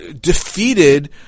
defeated